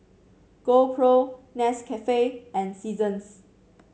GoPro Nescafe and Seasons